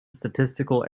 statistical